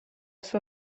sua